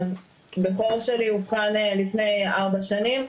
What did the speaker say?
הבכור שלי אובחן לפני ארבע שנים.